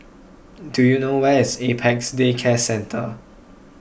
do you know where is Apex Day Care Centre